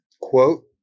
quote